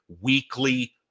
weekly